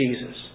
Jesus